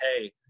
Hey